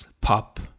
pop